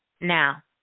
Now